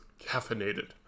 caffeinated